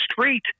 street